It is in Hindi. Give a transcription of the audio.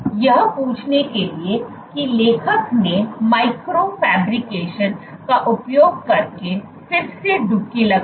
यह पूछने के लिए कि लेखक ने माइक्रो फैब्रिकेशन का उपयोग करके फिर से डुबकी लगाया